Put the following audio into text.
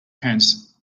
pants